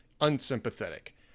unsympathetic